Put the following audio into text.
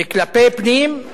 וכלפי פנים,